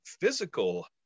physical